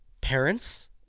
parents